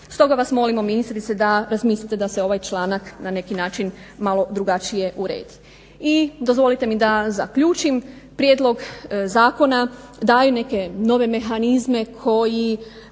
Stoga vas molimo ministrice da razmislite da se ovaj članak na neki način malo drugačije uredi. I dozvolite mi da zaključim, prijedlog zakona daje neke nove mehanizme koji